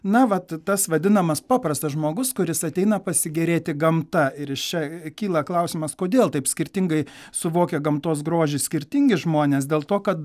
na vat tas vadinamas paprastas žmogus kuris ateina pasigėrėti gamta ir iš čia kyla klausimas kodėl taip skirtingai suvokia gamtos grožį skirtingi žmonės dėl to kad